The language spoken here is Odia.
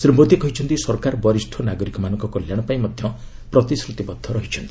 ଶ୍ରୀ ମୋଦି କହିଛନ୍ତି ସରକାର ବରିଷ ନାଗରିକମାନଙ୍କ କଲ୍ୟାଣପାଇଁ ମଧ୍ୟ ପ୍ରତିଶ୍ରତିବଦ୍ଧ ରହିଛନ୍ତି